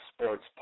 Sports